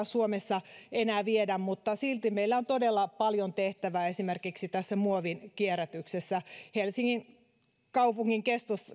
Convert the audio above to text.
suomessa saa enää viedä muovia kaatopaikalle silti meillä on todella paljon tehtävää esimerkiksi tässä muovinkierrätyksessä helsingin kaupungin